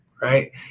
Right